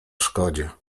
szkodzie